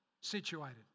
situated